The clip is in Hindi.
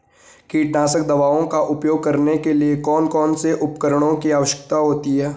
कीटनाशक दवाओं का उपयोग करने के लिए कौन कौन से उपकरणों की आवश्यकता होती है?